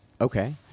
Okay